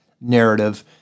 narrative